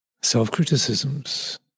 self-criticisms